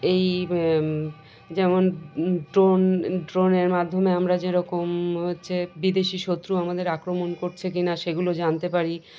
এই যেমন ড্রোন ড্রোনের মাধ্যমে আমরা যেরকম হচ্ছে বিদেশি শত্রু আমাদের আক্রমণ করছে কি না সেগুলো জানতে পারি